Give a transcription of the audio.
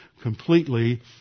completely